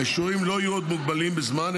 האישורים לא יהיו עוד מוגבלים בזמן,